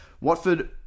Watford